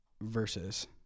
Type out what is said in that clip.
versus